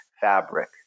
fabric